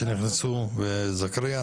זכריא.